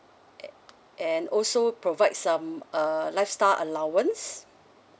err and also provides some uh lifestyle allowance